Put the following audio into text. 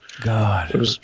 God